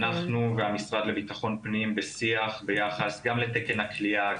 אנחנו והמשרד לביטחון פנים בשיח ביחס גם לתקן הכליאה,